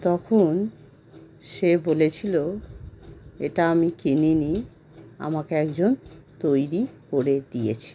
তখন সে বলেছিল এটা আমি কিনিনি আমাকে একজন তৈরি করে দিয়েছে